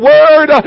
Word